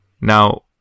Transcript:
Now